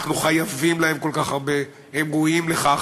אנחנו חייבים להם כל כך הרבה, הם ראויים לכך.